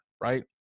right